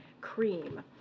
cream